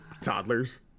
toddlers